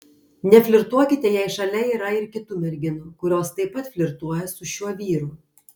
neflirtuokite jei šalia yra ir kitų merginų kurios taip pat flirtuoja su šiuo vyru